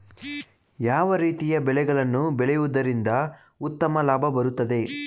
ಯಾವ ರೀತಿಯ ಬೆಳೆಗಳನ್ನು ಬೆಳೆಯುವುದರಿಂದ ಉತ್ತಮ ಲಾಭ ಬರುತ್ತದೆ?